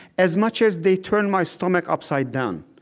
as much as they turn my stomach upside-down,